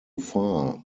far